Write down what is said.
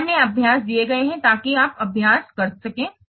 तो अन्य अभ्यास दिए गए हैं ताकि आप अभ्यास कर सकें